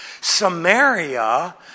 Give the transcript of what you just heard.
Samaria